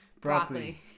Broccoli